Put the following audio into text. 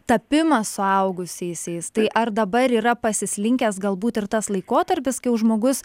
tapimą suaugusiaisiais tai ar dabar yra pasislinkęs galbūt ir tas laikotarpis kai jau žmogus